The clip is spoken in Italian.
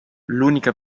l’unica